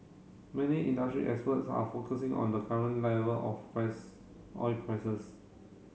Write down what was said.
many industry experts are focusing on the current level of price oil prices